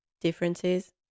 differences